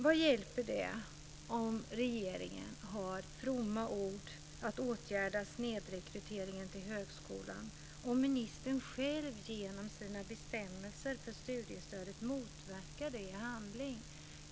Vad hjälper det om regeringen använder fromma ord för att åtgärda snedrekryteringen till högskolan, om ministern själv genom sina anvisningar för studiestödet motverkar det i handling?